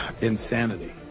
Insanity